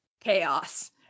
chaos